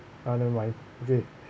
otherwise they